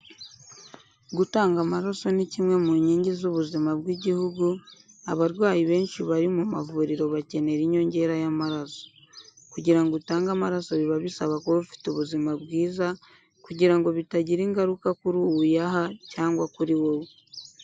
Gutanga amaraso ni kimwe mu nkingi z'ubuzima bw'igihugu, abarwayi benshi bari mu mavuriro bakenera inyongera y'amaraso. Kugira ngo utange amaraso biba bisaba kuba ufite ubuzima bwiza kugira ngo bitagira ingaruka kuri uwo uyaha cyangwa kuri wowe.